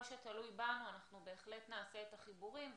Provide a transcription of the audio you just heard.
שזה תלוי בנו אנחנו בהחלט נעשה את החיבורים.